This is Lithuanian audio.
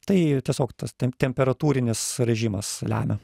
tai tiesiog tas ten temperatūrinis režimas lemia